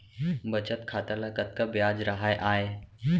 बचत खाता ल कतका ब्याज राहय आय?